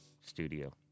studio